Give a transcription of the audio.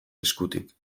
eskutik